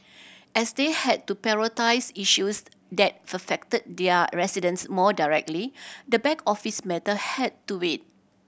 as they had to prioritise issues that affected their residents more directly the back office matter had to wait